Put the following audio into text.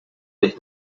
les